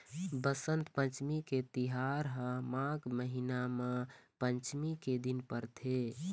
बसंत पंचमी के तिहार ह माघ महिना म पंचमी के दिन परथे